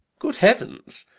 good heavens!